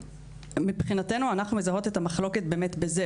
מבחינתנו אנחנו מזהות את המחלוקת בזה,